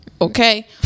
Okay